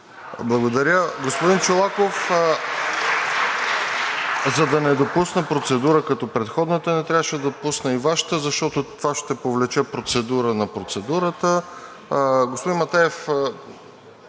Благодаря. Господин Чолаков, за да не допусна процедура като предходната, не трябваше да допусна и Вашата, защото това ще повлече процедура на процедурата. (Реплика